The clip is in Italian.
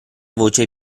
voce